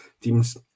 teams